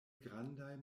grandaj